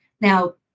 Now